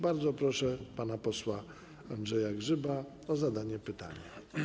Bardzo proszę pana posła Andrzeja Grzyba o zadanie pytania.